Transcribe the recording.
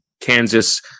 Kansas